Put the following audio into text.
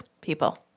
people